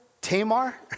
Tamar